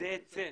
- זה היצף.